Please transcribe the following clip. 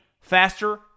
faster